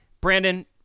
Brandon